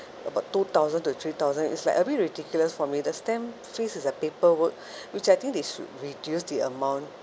about two thousand to three thousand it's like a bit ridiculous for me the stamp fees is a paperwork which I think they should reduce the amount